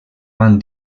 van